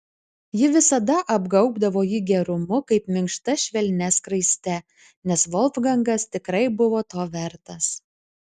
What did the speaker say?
ji visada apgaubdavo jį gerumu kaip minkšta švelnia skraiste nes volfgangas tikrai buvo to vertas